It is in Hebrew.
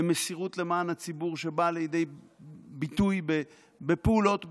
למסירות למען הציבור שבאה לידי ביטוי בפעולות חקיקה,